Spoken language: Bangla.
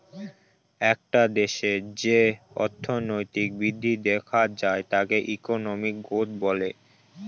একটা দেশে যে অর্থনৈতিক বৃদ্ধি দেখা যায় তাকে ইকোনমিক গ্রোথ বলে